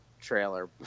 trailer